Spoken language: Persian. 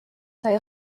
های